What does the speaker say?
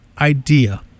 idea